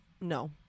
no